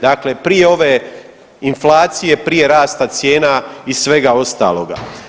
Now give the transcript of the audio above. Dakle, prije ove inflacije, prije rasta cijena i svega ostaloga.